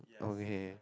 okay